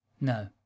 No